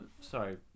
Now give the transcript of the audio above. Sorry